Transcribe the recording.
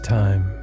time